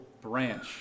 branch